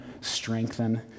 strengthen